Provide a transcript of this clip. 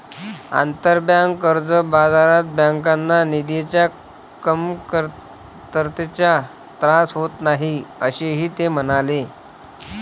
आंतरबँक कर्ज बाजारात बँकांना निधीच्या कमतरतेचा त्रास होत नाही, असेही ते म्हणाले